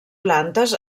plantes